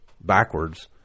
backwards